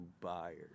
buyers